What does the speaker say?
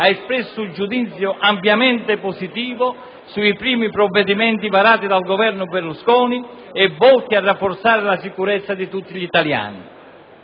ha espresso un giudizio ampiamente positivo sui primi provvedimenti varati dal Governo Berlusconi e volti a rafforzare la sicurezza di tutti gli italiani.